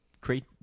create